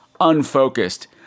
unfocused